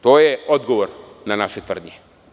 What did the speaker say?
To jeodgovor na naše tvrdnje.